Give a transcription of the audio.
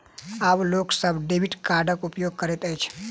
आब लोक सभ डेबिट कार्डक उपयोग करैत अछि